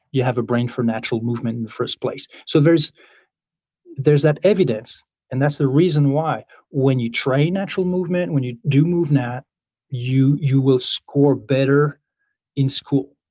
you have a brain for natural movement in the first place so there's there's that evidence and that's the reason why when you train natural movement, when you do movnat you you will score better in school,